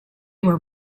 were